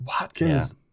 Watkins